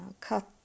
cut